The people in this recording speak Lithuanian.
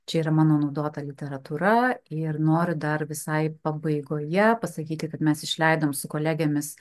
čia yra mano naudota literatūra ir noriu dar visai pabaigoje pasakyti kad mes išleidom su kolegėmis